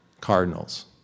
cardinals